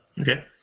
Okay